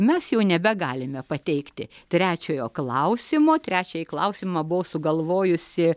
mes jau nebegalime pateikti trečiojo klausimo trečiąjį klausimą buvau sugalvojusi